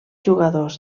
jugadors